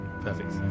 perfect